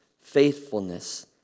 faithfulness